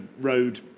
road